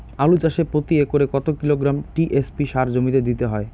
আলু চাষে প্রতি একরে কত কিলোগ্রাম টি.এস.পি সার জমিতে দিতে হয়?